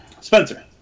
Spencer